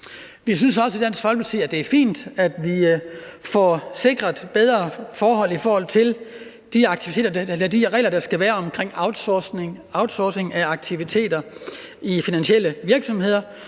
Vi synes også i Dansk Folkeparti, at det er fint, at vi får sikret bedre forhold på outsourcingområdet, altså i forhold til de regler, der skal være, for outsourcing af aktiviteter i finansielle virksomheder.